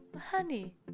honey